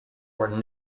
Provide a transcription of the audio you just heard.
were